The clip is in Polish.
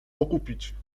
okupić